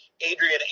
Adrian